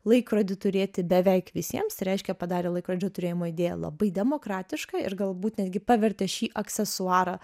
laikrodį turėti beveik visiems tai reiškia padarė laikrodžio turėjimo idėją labai demokratišką ir galbūt netgi pavertė šį aksesuarą